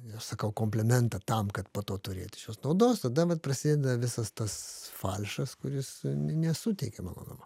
ir aš sakau komplimentą tam kad po to turėt iš jos naudos tada vat prasideda visas tas falšas kuris nesuteikia malonumo